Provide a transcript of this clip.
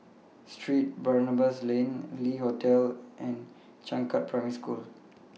Saint Barnabas Lane Le Hotel and Changkat Primary School